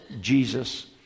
Jesus